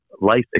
life